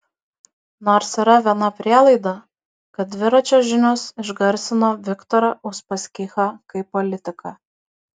nors yra viena prielaida kad dviračio žinios išgarsino viktorą uspaskichą kaip politiką